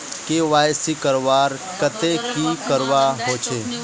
KYC करवार केते की करवा होचए?